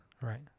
Right